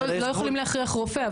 לא יכולים להכריח רופא,